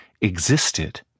existed